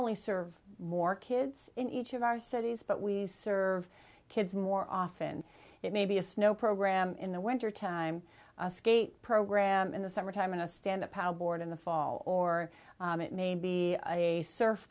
only serve more kids in each of our cities but we serve kids more often it may be a snow program in the wintertime skate program in the summertime in a stand up outboard in the fall or maybe a surf